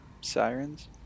sirens